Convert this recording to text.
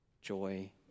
joy